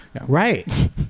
Right